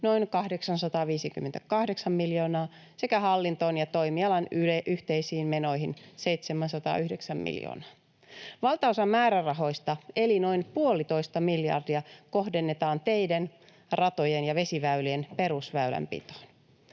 noin 858 miljoonaa sekä hallintoon ja toimialan yhteisiin menoihin 709 miljoonaa. Valtaosa määrärahoista eli noin puolitoista miljardia kohdennetaan teiden, ratojen ja vesiväylien perusväylänpitoon.